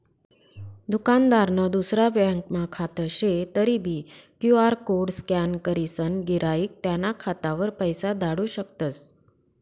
दुकानदारनं दुसरा ब्यांकमा खातं शे तरीबी क्यु.आर कोड स्कॅन करीसन गिराईक त्याना खातावर पैसा धाडू शकतस